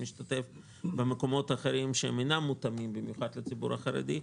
משתתף במקומות אחרים שאינם מותאמים במיוחד לציבור החרדי,